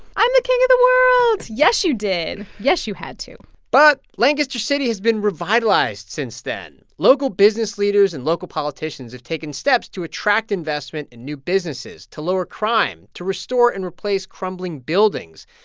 i'm the king of the world. yes, you did. yes, you had to but lancaster city has been revitalized since then. local business leaders and local politicians have taken steps to attract investment in new businesses, to lower crime, to restore and replace crumbling buildings.